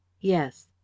Yes